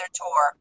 tour